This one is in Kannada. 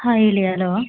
ಹಾಂ ಹೇಳಿ ಹಲೋ